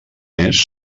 més